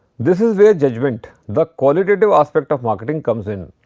this is where judgment the qualitative aspect of marketing comes in.